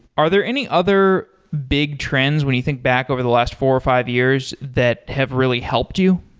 are there any other big trends when you think back over the last four or five years that have really helped you?